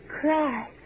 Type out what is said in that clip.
cry